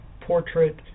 portrait